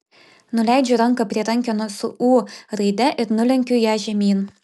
nuleidžiu ranką prie rankenos su ū raide ir nulenkiu ją žemyn